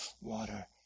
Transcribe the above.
water